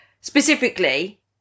specifically